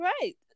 right